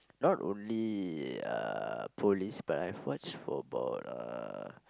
not only uh police but I've watched for about uh